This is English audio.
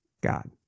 God